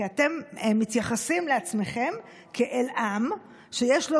כי אתם מתייחסים אל עצמכם כאל עם שיש לו